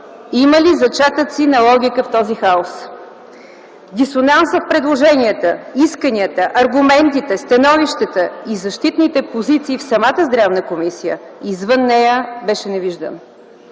има ли зачатъци на логика в този хаос? Дисонанс в предложенията, исканията, аргументите, становищата и защитните позиции в самата Здравна комисия и извън нея, беше невиждан!